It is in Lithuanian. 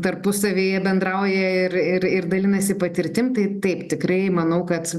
tarpusavyje bendrauja ir ir ir dalinasi patirtim tai taip tikrai manau kad